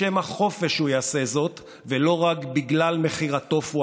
בשם החופש הוא יעשה זאת, ולא רק בגלל מחיר הטופו.